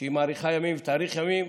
שהיא מאריכה ימים ושתאריך ימים,